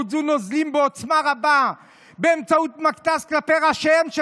והותזו נוזלים בעוצמה רבה באמצעות מכת"ז כלפי ראשיהם של